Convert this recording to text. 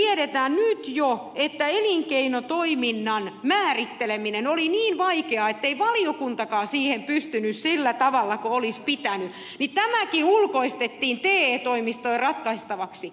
nimittäin kun me tiedämme nyt jo että elinkeinotoiminnan määritteleminen oli niin vaikeaa ettei valiokuntakaan siihen pystynyt sillä tavalla kuin olisi pitänyt niin tämäkin ulkoistettiin te toimistojen ratkaistavaksi